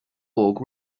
org